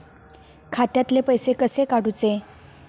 खात्यातले पैसे कसे काडूचे?